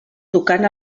tocant